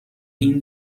این